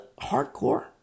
hardcore